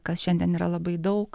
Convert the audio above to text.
kas šiandien yra labai daug